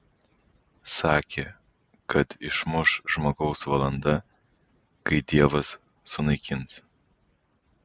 sakė kad išmuš žmogaus valanda kai dievas sunaikins